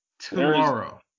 Tomorrow